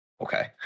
Okay